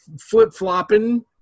flip-flopping